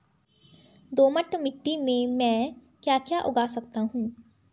दोमट मिट्टी में म ैं क्या क्या उगा सकता हूँ?